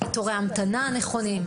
תורי המתנה נכונה,